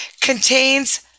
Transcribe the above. contains